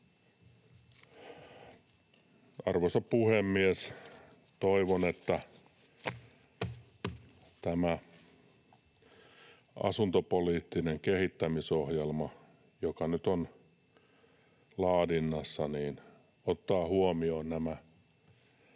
Arvoisa puhemies! Toivon, että tämä asuntopoliittinen kehittämisohjelma, joka nyt on laadinnassa, ottaa huomioon nämä